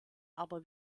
aber